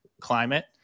climate